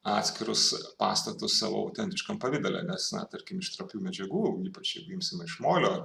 atskirus pastatus savo autentiškam pavidale nes tarkim iš trapių medžiagų ypač jeigu imsime iš molio